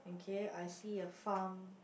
okay I see a farm